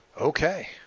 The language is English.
Okay